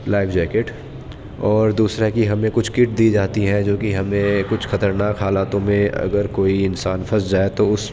live jacket اور دوسرا کہ ہمیں کچھ کٹ دی جاتی ہیں جو کہ ہمیں کچھ خطرناک حالاتوں میں اگر کوئی انسان پھنس جائے تو